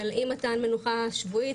של אי מתן מנוחה שבועית,